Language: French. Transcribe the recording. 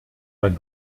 vingt